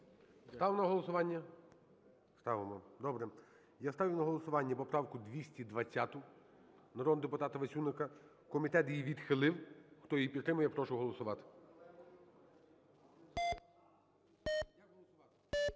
Ставимо на голосування? Ставимо, добре. Я ставлю на голосування поправку 220 народного депутата Васюника. Комітет її відхилив. Хто її підтримує, прошу голосувати.